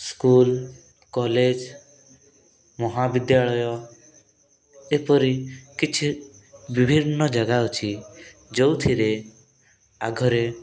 school college ମହାବିଦ୍ୟାଳୟ ଏପରି କିଛି ବିଭିନ୍ନ ଜାଗା ଅଛି ଯେଉଁଥିରେ ଆଗରେ